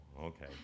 okay